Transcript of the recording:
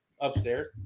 Upstairs